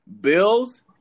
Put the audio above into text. Bills